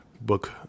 book